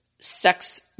sex